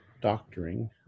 doctoring